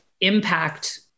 impact